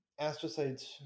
astrocytes